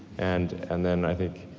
and and then i think